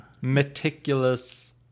meticulous